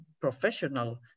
professional